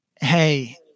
Hey